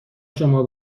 شما